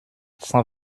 cent